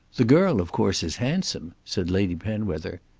the girl of course is handsome, said lady penwether.